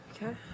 Okay